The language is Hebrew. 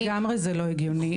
לגמרי לא הגיוני.